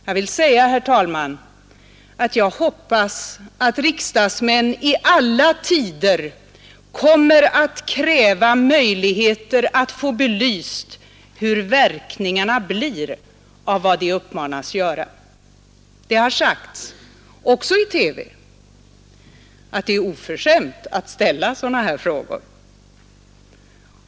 Jag vill säga, herr talman, att jag hoppas att riksdagsmän i alla tider kommer att kräva möjligheter att få belyst hur verkningarna blir av vad de uppmanas göra. Det har sagts — också i TV — att det är oförskämt att ställa sådana här frågor.